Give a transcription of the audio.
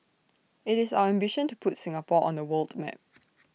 IT is our ambition to put Singapore on the world map